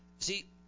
See